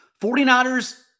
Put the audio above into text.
49ers